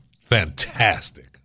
fantastic